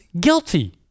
guilty